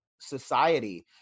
society